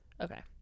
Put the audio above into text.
Okay